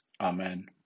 Amen